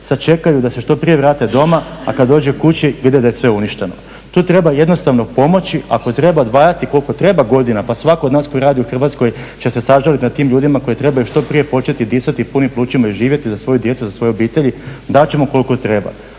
čekaju da se što prije vrate doma, a kada dođu kući vide da je sve uništeno. Tu treba jednostavno pomoći ako treba odvajati koliko treba godina, pa svatko od nas koji radi u Hrvatskoj će se sažaliti nad tim ljudima koji trebaju što prije početi disati punim plućima i živjeti za svoju djecu i za svoje obitelji, davat ćemo koliko treba,